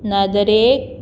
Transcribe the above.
नदरेक